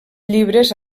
llibres